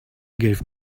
gave